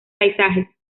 paisajes